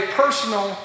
personal